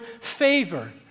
favor